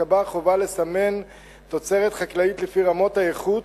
ותיקבע חובה לסמן תוצרת חקלאית לפי רמות האיכות.